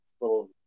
little